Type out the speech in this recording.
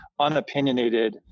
unopinionated